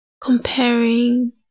comparing